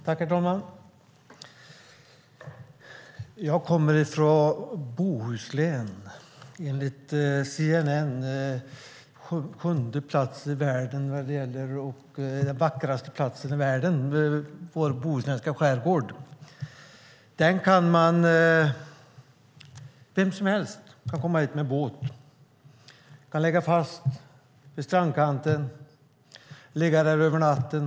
Herr talman! Jag kommer från Bohuslän. Enligt CNN är den sjunde vackraste platsen i världen vår bohuslänska skärgård. Vem som helst kan komma dit med båt. Man kan lägga fast vid strandkanten och ligga där över natten.